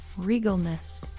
regalness